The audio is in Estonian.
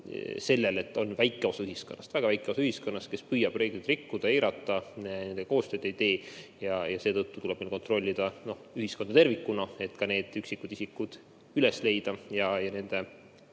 sellest, et on väike osa ühiskonnast, väga väike osa ühiskonnast, kes püüab reegleid rikkuda, eirata, koostööd ei tee. Seetõttu tuleb meil kontrollida ühiskonda tervikuna, et need üksikud isikud üles leida ja nende